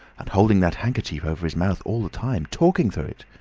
and holding that handkerchief over his mouth all the time. talkin' through it.